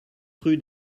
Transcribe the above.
rue